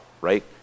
right